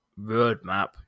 roadmap